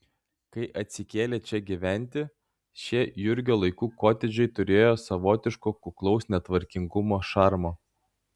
kai atsikėlė čia gyventi šie jurgio laikų kotedžai turėjo savotiško kuklaus netvarkingumo šarmo